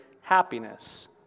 happiness